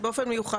כל מיני גורמים,